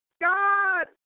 God